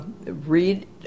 read